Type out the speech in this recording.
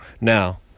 Now